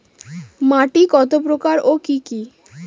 মাটি কত প্রকার ও কি কি?